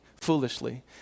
foolishly